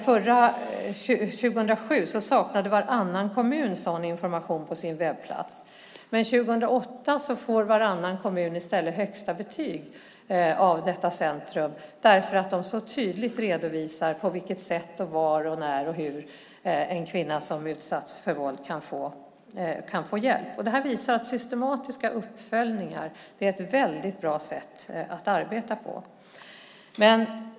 Under 2007 saknade varannan kommun sådan information på sin webbplats, men 2008 får i stället varannan kommun högsta betyg av detta centrum därför att de så tydligt redovisar på vilket sätt, var, när och hur en kvinna som har utsatts för våld kan få hjälp. Det här visar att systematiska uppföljningar är ett bra sätt att arbeta på.